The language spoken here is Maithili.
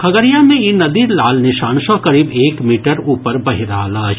खगड़िया मे ई नदी लाल निशान सँ करीब एक मीटर ऊपर बहि रहल अछि